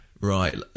Right